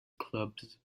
clubs